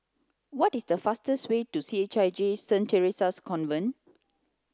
what is the fastest way to C H I J Saint Theresa's Convent